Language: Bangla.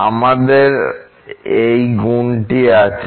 এখন আমাদের এই গুণটি আছে